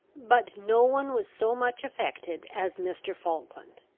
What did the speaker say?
but no one was so much affected as mr. falkland.